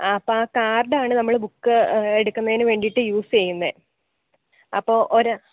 അപ്പം ആ കാർഡ് ആണ് നമ്മൾ ബുക്ക് എടുക്കുന്നതിന് വേണ്ടിയിട്ട് യൂസ് ച്വ്യ്യുന്നത് അപ്പോൾ